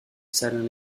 salins